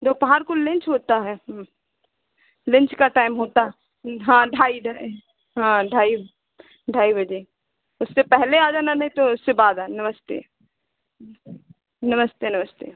दोपहर को लेंच होता है लंच का टाइम होता हाँ ढाई ढाई हाँ ढाई ढाई बजे उससे पहले आ जाना नहीं तो उससे बाद नमस्ते नमस्ते